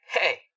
Hey